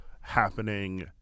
happening